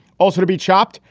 also to be chopped.